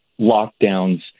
lockdowns